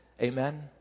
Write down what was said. Amen